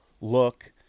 look